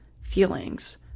feelings